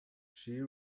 she